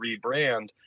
rebrand